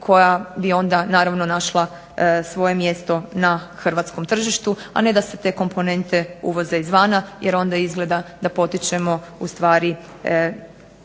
koja bi onda naravno našla svoje mjesto na hrvatskom tržištu, a ne da se te komponente uvoze izvana jer onda izgleda da potičemo ustvari